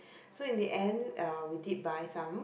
so in the end uh we did buy some